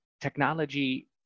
technology